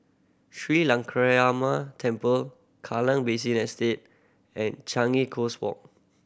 Sri Lankaramaya Temple Kallang Basin Estate and Changi Coast Walk